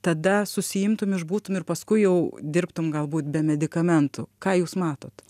tada susiimtum išbūtum ir paskui jau dirbtum galbūt be medikamentų ką jūs matot